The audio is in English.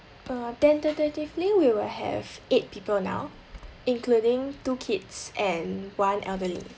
uh tentatively we will have eight people now including two kids and one elderly